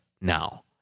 now